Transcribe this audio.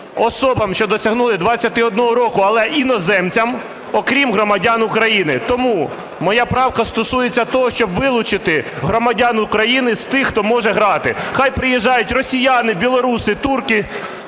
особам, що досягнули 21 року, але іноземцям, окрім громадян України. Тому моя правка стосується того, щоб вилучити "громадян України" з тих, хто може грати. Хай приїжджають росіяни, білоруси, турки,